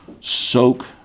soak